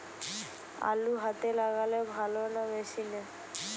আলু হাতে লাগালে ভালো না মেশিনে?